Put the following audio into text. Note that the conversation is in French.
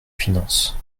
finances